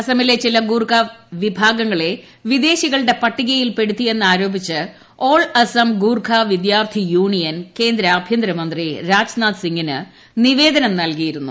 അസാമിലെ ചില ഗൂർഖ വിഭാഗങ്ങളെ വിദേശികളുടെ പട്ടിക യിൽപ്പെടുത്തിയെന്നാരോപിച്ച് ഓൾ അസാം ഗൂർഖ വിദ്യാർത്ഥി യൂ ണിയൻ കേന്ദ്ര ആഭ്യന്തര മന്ത്രി രാജ്നാഥ് സിംഗിന് നിവേദനം നൽകിയിരുന്നു